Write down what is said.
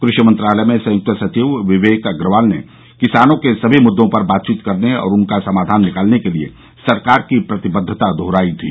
कृषि मंत्रालय में संयुक्त सचिव विवेक अग्रवाल ने किसानों के सभी मुद्दों पर बातचीत करने और उनका समाधान निकालने के लिए सरकार की प्रतिबद्वता दोहराई थी